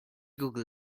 google